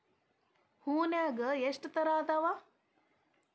ಹೂನ್ಯಾಗ ಎಷ್ಟ ತರಾ ಅದಾವ್?